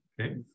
Okay